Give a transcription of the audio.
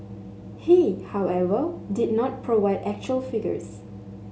he however did not provide actual figures